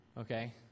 Okay